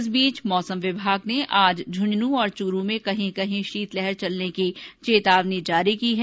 इस बीच मौसम विभाग ने आज झूंझनू और चुरू में कहीं कहीं शीतलहर चलने की चेतावनी जारी की है